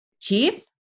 cheap